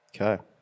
Okay